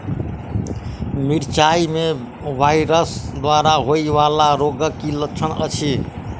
मिरचाई मे वायरस द्वारा होइ वला रोगक की लक्षण अछि?